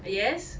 ah yes